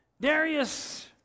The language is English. Darius